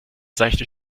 seichte